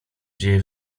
dzieje